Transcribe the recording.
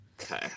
Okay